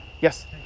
Yes